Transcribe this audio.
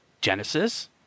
Genesis